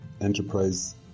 enterprise